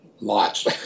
lots